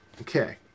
okay